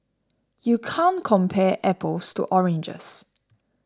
you can't compare apples to oranges